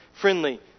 friendly